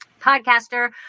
podcaster